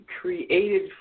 created